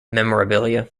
memorabilia